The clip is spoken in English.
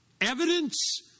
evidence